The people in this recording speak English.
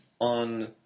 on